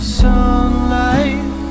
sunlight